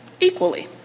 equally